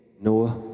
Noah